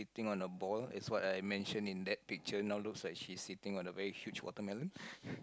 sitting on a ball is what I mentioned in that picture now looks like she is sitting on a very huge watermelon